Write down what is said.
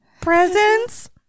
presents